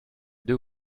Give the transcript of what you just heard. deux